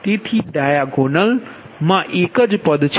તેથી ડાયાગોનલ મા એક જ પદ છે